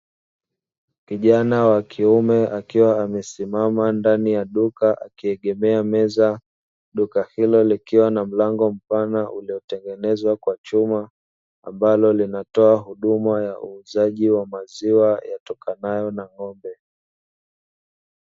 Kijana wa kiume akiwa amesimama ndani ya duka akiegemea meza. Duka hilo likiwa na mlango mpana uliotengenezwa kwa chuma ambalo linatoa huduma ya uuzaji wa maziwa yatokanayo na ng'ombe.